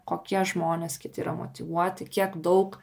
kokie žmonės kiti yra motyvuoti kiek daug